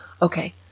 Okay